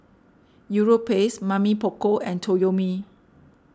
Europace Mamy Poko and Toyomi